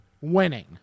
winning